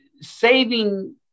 saving